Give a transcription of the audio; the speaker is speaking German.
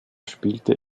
spielte